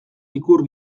ikur